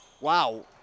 wow